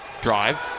Drive